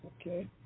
Okay